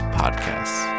podcasts